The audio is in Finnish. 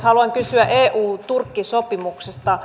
haluan kysyä euturkki sopimuksesta